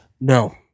No